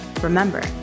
Remember